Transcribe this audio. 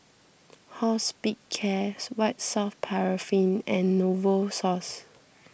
Hospicares White Soft Paraffin and Novosource